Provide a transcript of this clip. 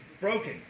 broken